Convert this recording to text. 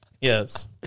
Yes